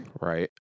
Right